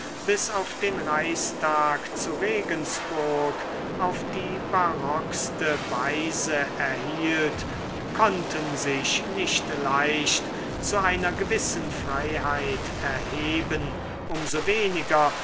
bis auf den reichstag zu regensburg auf die barockste weise erhielt konnten sich nicht leicht zu einer gewissen freiheit erheben um so weniger